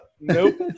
Nope